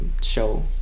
Show